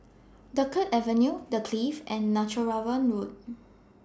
Dunkirk Avenue The Clift and Netheravon Road